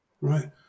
right